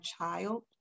child